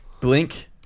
Blink